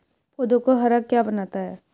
पौधों को हरा क्या बनाता है?